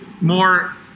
more